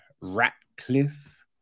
Ratcliffe